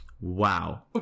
wow